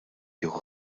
jieħu